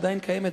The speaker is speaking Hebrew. עדיין קיימת,